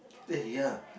eh ya